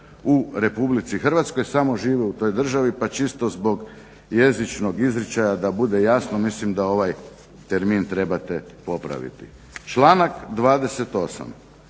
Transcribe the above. u RH samo žive u toj državi, pa čisto zbog jezičnog izričaja da bude jasno mislim da ovaj termin trebate popraviti. Članak 28.